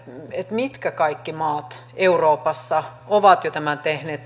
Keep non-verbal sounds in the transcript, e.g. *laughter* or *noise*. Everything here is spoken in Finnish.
mitkä kaikki maat euroopassa tai muualla maailmassa ovat jo tämän tehneet *unintelligible*